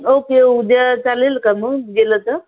okay उद्या चालेल का मग गेलं तर